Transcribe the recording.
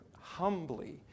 humbly